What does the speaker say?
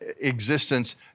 existence